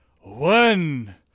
one